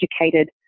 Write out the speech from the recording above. educated